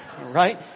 Right